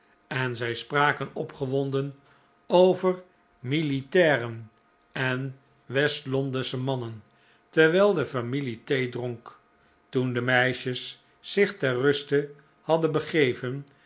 en zij spraken opgewonden over militairen en west londensche mannen terwijl de familie thee dronk toen de meisjes zich ter ruste hadden begeven